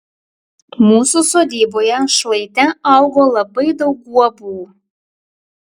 mūsų sodyboje šlaite augo labai daug guobų